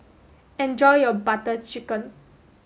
enjoy your Butter Chicken